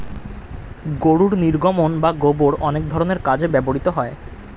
গরুর নির্গমন বা গোবর অনেক ধরনের কাজে ব্যবহৃত হয়